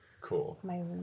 Cool